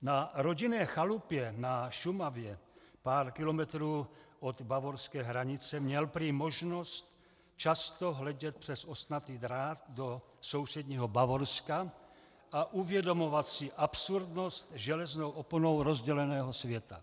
Na rodinné chalupě na Šumavě, pár kilometrů od bavorské hranice, měl prý možnost často hledět přes ostnatý drát do sousedního Bavorska a uvědomovat si absurdnost železnou oponou rozděleného světa.